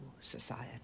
society